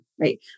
right